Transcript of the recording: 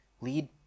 Lead